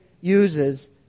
uses